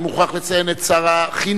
אני מוכרח לציין את שר החינוך,